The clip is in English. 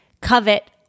covet